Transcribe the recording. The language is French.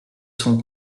son